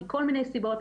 מכל מיני סיבות.